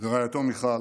ורעייתו מיכל,